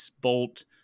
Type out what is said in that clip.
bolt